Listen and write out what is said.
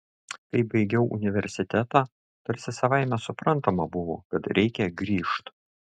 kai baigiau universitetą tarsi savaime suprantama buvo kad reikia grįžt